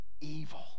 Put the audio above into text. evil